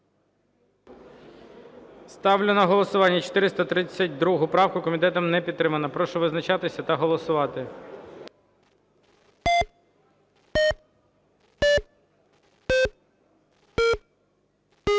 Ставлю на голосування 432 правку. Комітетом не підтримана. Прошу визначатися та голосувати. 13:58:00